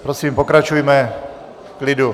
Prosím, pokračujme v klidu.